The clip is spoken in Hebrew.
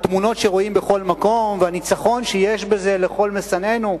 התמונות שרואים בכל מקום והניצחון שיש בזה לכל משנאינו,